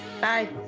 bye